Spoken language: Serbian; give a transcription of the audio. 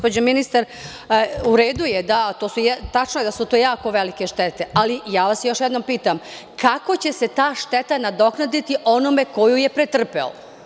Gospođo ministar, tačno je da su to jako velike štete, ali ja vas još jednom pitam – kako će se ta šteta nadoknaditi onome ko je pretrpeo?